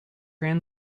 been